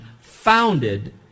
founded